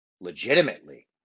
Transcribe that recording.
legitimately